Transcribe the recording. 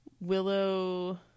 Willow